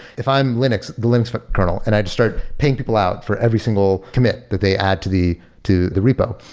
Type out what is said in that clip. if i'm linux, the linux kernel, and i just start paying people out for every single commit that they add to the to the repo.